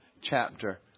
chapter